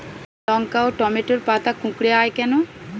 লঙ্কা ও টমেটোর পাতা কুঁকড়ে য়ায় কেন?